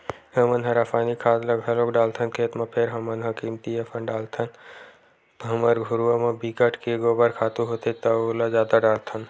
हमन ह रायसायनिक खाद ल घलोक डालथन खेत म फेर हमन ह कमती असन डालथन हमर घुरूवा म बिकट के गोबर खातू होथे त ओला जादा डारथन